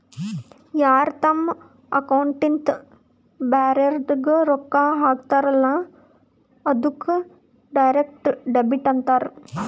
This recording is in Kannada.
ಯಾರ್ ತಮ್ ಅಕೌಂಟ್ಲಿಂತ್ ಬ್ಯಾರೆವ್ರಿಗ್ ರೊಕ್ಕಾ ಹಾಕ್ತಾರಲ್ಲ ಅದ್ದುಕ್ ಡೈರೆಕ್ಟ್ ಡೆಬಿಟ್ ಅಂತಾರ್